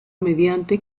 mediante